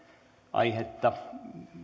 aihetta